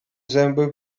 zęby